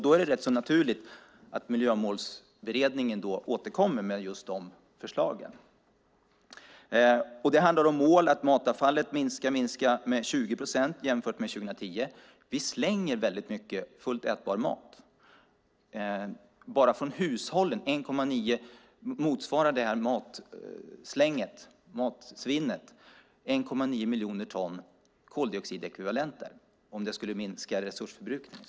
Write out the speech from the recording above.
Det är då rätt så naturligt att Miljömålsberedningen kommer med just de förslagen. Det handlar om målet att matavfallet ska minska med 20 procent jämfört med 2010. Vi slänger mycket fullt ätbar mat. Enbart från hushållen motsvarar matsvinnet 1,9 miljoner ton koldioxidekvivalenter. Det skulle minska resursförbrukningen.